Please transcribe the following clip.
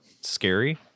scary